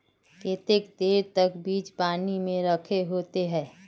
केते देर तक बीज पानी में रखे होते हैं?